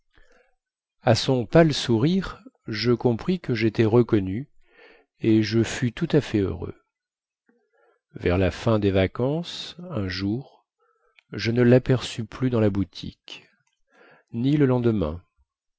à son pâle sourire je compris que jétais reconnu et je fus tout à fait heureux vers la fin des vacances un jour je ne laperçus plus dans la boutique ni le lendemain